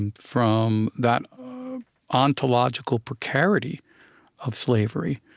and from that ontological precarity of slavery,